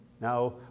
Now